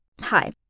Hi